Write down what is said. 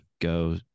go